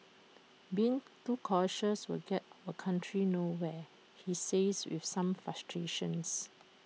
being too cautious will get our country nowhere he says with some frustrations